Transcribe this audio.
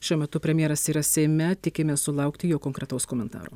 šiuo metu premjeras yra seime tikimės sulaukti jo konkretaus komentaro